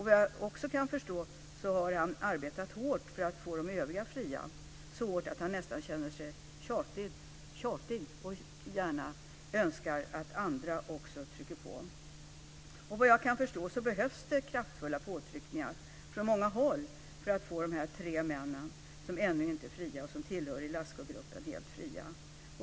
Vad jag också kan förstå har han arbetat hårt för att få de övriga fria, så hårt att han nästan känner sig tjatig och gärna önskar att också andra ska trycka på. Det behövs kraftfulla påtryckningar från många håll för att få de här tre männen, som ännu inte är fria och som tillhör Ilascu-gruppen, helt fria.